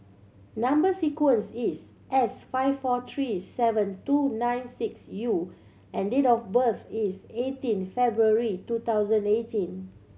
number sequence is S five four three seven two nine six U and date of birth is eighteen February two thousand eighteen